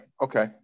Okay